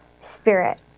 spirit